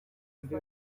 undi